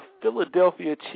Philadelphia